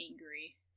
angry